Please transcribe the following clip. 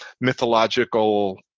mythological